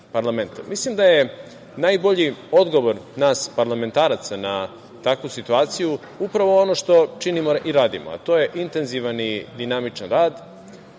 da je najbolji odgovor nas parlamentaraca na takvu situaciju upravo ono što činimo i radimo, a to je intenzivan i dinamičan rad.